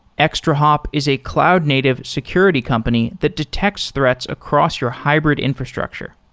extrahop is a cloud-native security company that detects threats across your hybrid infrastructure.